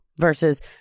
versus